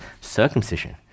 circumcision